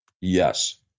Yes